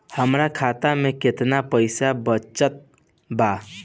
हमरा खाता मे केतना पईसा बचल बा?